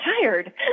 tired